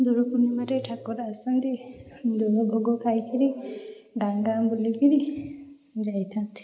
ଦୋଳ ପୂର୍ଣ୍ଣିମାରେ ଠାକୁର ଆସନ୍ତି ଦୋଳ ଭୋଗ ଖାଇକରି ଗାଁ ଗାଁ ବୁଲିକରି ଯାଇଥାନ୍ତି